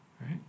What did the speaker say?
right